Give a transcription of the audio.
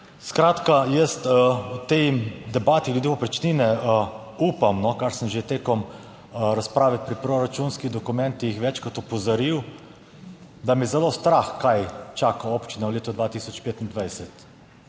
Skratka, jaz v tej debati glede povprečnine upam, kar sem že tekom razprave pri proračunskih dokumentih večkrat opozoril, da me je zelo strah kaj čaka občine v letu 2025.